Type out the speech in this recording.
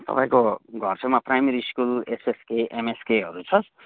तपाईँको घर छेउमा प्राइमरी स्कुल एसएसके एमएसकेहरू छ